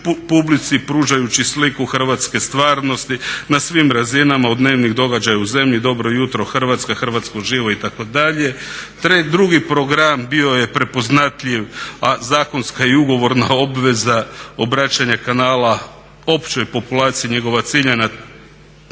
publici pružajući sliku hrvatske stvarnosti na svim razinama od dnevnih događaja u zemlji, Dobro jutro Hrvatska, Hrvatska uživo itd. Drugi program bio je prepoznatljiv, a zakonska i ugovorna obveza obraćanja kanala općoj populaciji njegova ciljana